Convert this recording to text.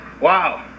Wow